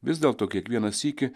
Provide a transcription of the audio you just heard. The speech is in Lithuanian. vis dėlto kiekvieną sykį